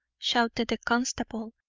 shouted the constable,